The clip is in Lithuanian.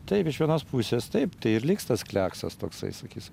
taip iš vienos pusės taip tai ir liks tas kliaksas toksai sakys